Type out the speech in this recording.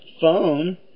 phone